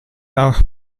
auch